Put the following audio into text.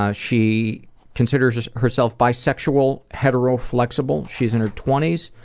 ah she considers herself bisexual, hetero-flexible, she's in her twenty s,